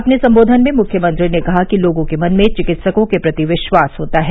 अपने संबोधन में मुख्यमंत्री ने कहा कि लोगों के मन में चिकित्सकों के प्रति विश्वास होता है